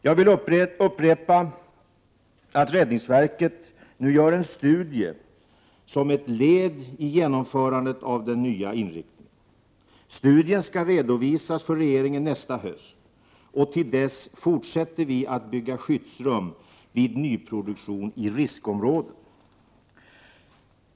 Jag vill upprepa att räddningsverket nu gör en studie som ett led i genomförandet av den nya inriktningen. Studien skall redovisas för regeringen nästa höst, och till dess fortsätter vi att bygga skyddsrum vid nyproduktion i riskområden.